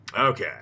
Okay